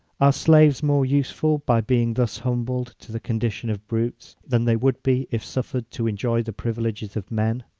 are slaves more useful by being thus humbled to the condition of brutes, than they would be if suffered to enjoy the privileges of men?